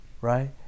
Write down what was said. right